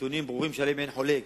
נתונים ברורים שעליהם אין חולק.